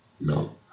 No